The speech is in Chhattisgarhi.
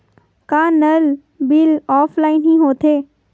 का नल बिल ऑफलाइन हि होथे?